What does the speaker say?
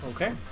Okay